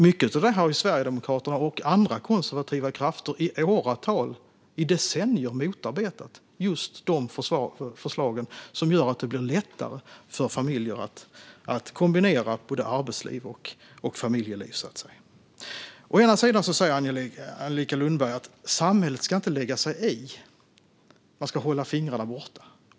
Mycket av det här har Sverigedemokraterna och andra konservativa krafter i åratal, decennier, motarbetat - just de förslag som gör det lättare för familjer att kombinera arbetsliv och familjeliv. Å ena sidan säger Angelica Lundberg att samhället inte ska lägga sig i utan hålla fingrarna borta.